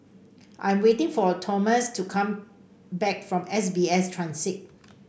I'm waiting for Tomas to come back from S B S Transit